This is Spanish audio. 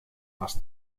más